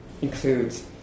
includes